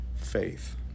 faith